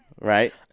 Right